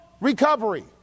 recovery